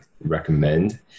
recommend